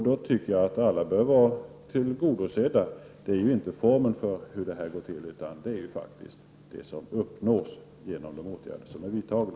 Då tycker jag att alla bör vara tillgodosedda. Det viktiga är ju inte formen, hur det här går till, utan det som uppnås genom de åtgärder som är vidtagna.